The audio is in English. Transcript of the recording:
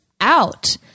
out